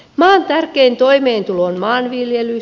maan tärkein toimeentulo on maanviljelys